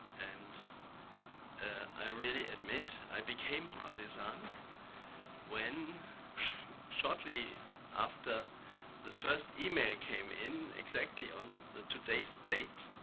and i really admit i became partisan when shortly after the first email came in exactly on the today's date,